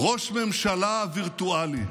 ראש ממשלה וירטואלי.